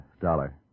Dollar